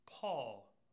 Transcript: Paul